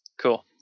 cool